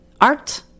art